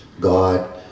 God